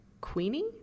Queenie